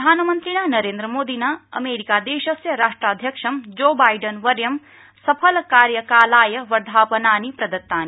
प्रधानमन्त्रिणा नरेन्द्रमोदिना अमेरिकादेशस्य राष्ट्राध्यक्षं जो बा डिन वर्ष सफलकार्यकालाय वर्धापनानि प्रदत्तानि